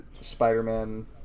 Spider-Man